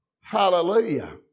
Hallelujah